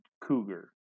Cougar